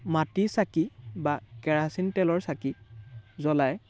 মাটি চাকি বা কেৰাচিন তেলৰ চাকি জ্বলাই